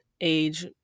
age